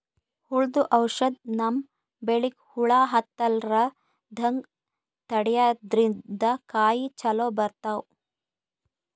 ಹುಳ್ದು ಔಷಧ್ ನಮ್ಮ್ ಬೆಳಿಗ್ ಹುಳಾ ಹತ್ತಲ್ಲ್ರದಂಗ್ ತಡ್ಯಾದ್ರಿನ್ದ ಕಾಯಿ ಚೊಲೋ ಬರ್ತಾವ್